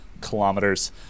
kilometers